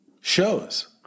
shows